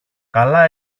καλά